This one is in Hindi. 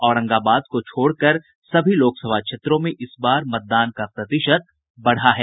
औरंगाबाद को छोड़कर सभी लोकसभा क्षेत्रों में इस बार मतदान का प्रतिशत बढ़ा है